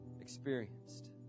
experienced